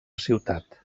ciutat